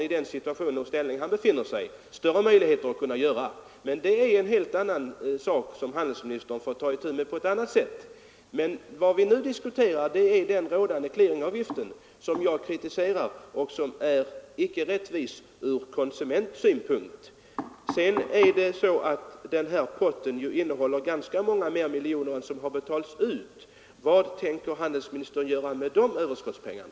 I den ställning där handelsministern befinner sig har han större möjligheter än jag att bedöma den frågan. Men det är en helt annan sak, som handelsministern får ta itu med på annat sätt. Vad vi nu diskuterar är den gällande clearingavgiften, som jag kritiserar därför att den icke är rättvis ur konsumentsynpunkt. Den här potten innehåller ju ganska många fler miljoner än vad som har betalats ut. Vad tänker handelsministern göra med de överskottspengarna?